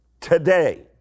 today